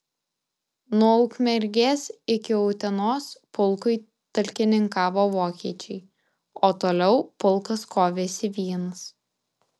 nuo ukmergės iki utenos pulkui talkininkavo vokiečiai o toliau pulkas kovėsi vienas